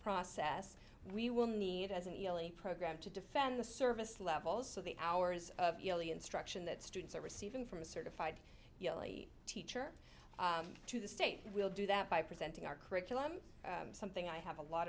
process we will need as an elite program to defend the service levels so the hours of the instruction that students are receiving from a certified teacher to the state we'll do that by presenting our curriculum something i have a lot